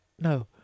No